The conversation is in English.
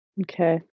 Okay